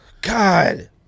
God